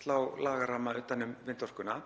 slá lagaramma utan um vindorkuna.